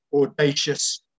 audacious